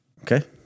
Okay